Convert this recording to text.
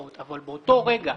אבל אני רוצה לומר לך,